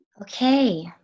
Okay